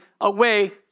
away